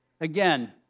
Again